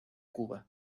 cuba